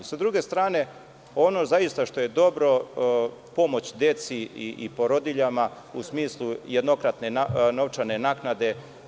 S druge strane, ono zaista što je dobro, pomoć deci i porodiljama u smislu jednokratne novčane naknade.